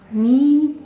me